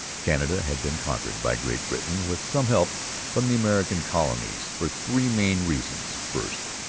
canada had been conquered by great britain, with some help from the american colonies, for three main reasons first,